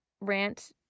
rant